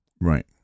Right